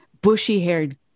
bushy-haired